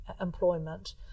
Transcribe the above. employment